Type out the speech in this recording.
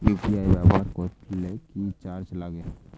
UPI ব্যবহার করলে কি চার্জ লাগে?